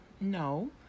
no